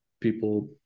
people